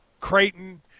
Creighton